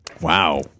Wow